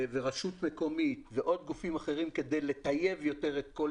רשות מקומית ועוד גופים כדי לטייב יותר את כל